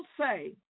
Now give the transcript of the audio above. say